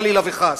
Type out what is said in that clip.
חלילה וחס.